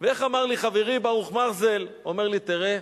ואיך אמר לי חברי ברוך מרזל, הוא אמר לי: תראה,